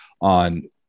on